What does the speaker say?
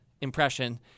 impression